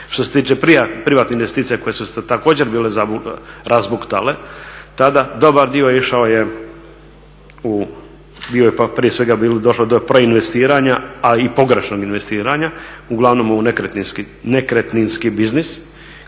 Što se tiče privatnih investicija koje su se također bile razbuktale tada, dobar dio išao je, prije svega došao je do preinvestiranja, a i pogrešnog investiranja uglavnom u nekretninski biznis